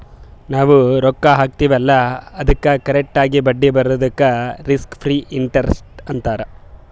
ನಾವ್ ರೊಕ್ಕಾ ಹಾಕ್ತಿವ್ ಅಲ್ಲಾ ಅದ್ದುಕ್ ಕರೆಕ್ಟ್ ಆಗಿ ಬಡ್ಡಿ ಬರದುಕ್ ರಿಸ್ಕ್ ಫ್ರೀ ಇಂಟರೆಸ್ಟ್ ಅಂತಾರ್